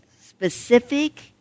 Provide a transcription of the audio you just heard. specific